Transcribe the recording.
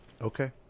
Okay